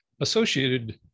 associated